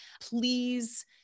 please